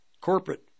Corporate